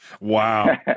Wow